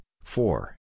four